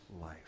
life